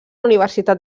universitat